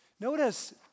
Notice